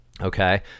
Okay